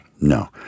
No